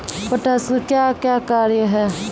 Potash का क्या कार्य हैं?